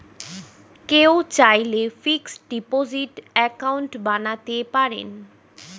কেউ চাইলে fixed deposit account বানাতে পারেন